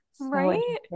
Right